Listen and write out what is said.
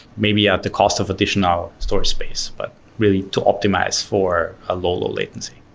maybe at the cost of additional storage space, but really to optimize for a low, low latency.